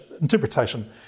interpretation